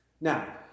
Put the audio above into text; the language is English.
Now